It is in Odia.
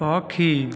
ପକ୍ଷୀ